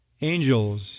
Angels